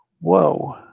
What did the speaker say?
whoa